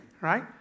Right